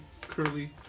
curly